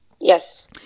Yes